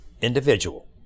individual